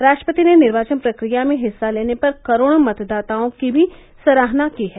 राष्ट्रपति ने निर्वाचन प्रक्रिया में हिस्सा लेने पर करोड़ों मतदाताओं की भी सराहना की है